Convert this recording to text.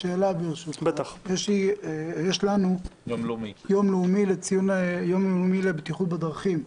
ביום שלישי אנחנו אמורים לציין את היום הלאומי לבטיחות בדרכים.